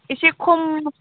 इसे खम